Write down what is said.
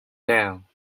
done